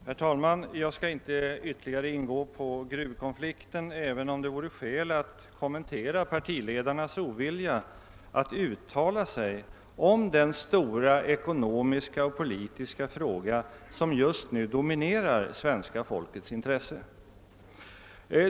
Herr talman! Jag skall inte ytterligare ingå på gruvkonflikten, även om det vore skäl att kommentera partiledarnas ovilja att uttala sig om den stora ekonomiska och politiska fråga som just nu dominerar svenska folkets intresse.